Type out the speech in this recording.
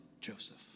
Joseph